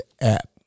app